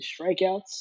strikeouts